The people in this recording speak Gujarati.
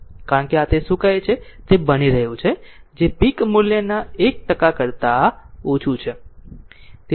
કારણ કે તે આ શું કહે છે તે બની રહ્યું છે જે પીક મૂલ્યના 1 ટકા કરતા ઓછું છે